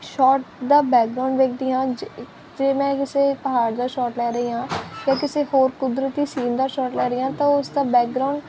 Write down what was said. short ਦਾ background ਵੇਖਦੀ ਹਾਂ ਆਤੇ ਮੈਂ ਕਿਸੇ ਪਹਾੜ ਦਾ ਸ਼ੋਟ ਲੈ ਰਹੀ ਹਾਂ ਜਾਂ ਕਿਸੇ ਹੋਰ ਕੁਦਰਤੀ ਸੀਨ ਦਾ ਸ਼ਾਰਟ ਲੈ ਰਹੀ ਤਾਂ ਉਸਦਾ ਬੈਕਗਰਾਉਂਡ